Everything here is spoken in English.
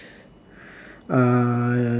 uh